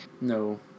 No